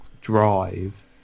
drive